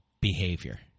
behavior